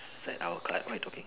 set our card what you talking